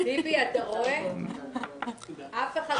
הצבעה אושר.